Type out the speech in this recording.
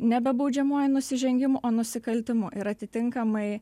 nebe baudžiamuoju nusižengimu o nusikaltimu ir atitinkamai